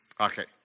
Okay